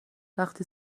وقتی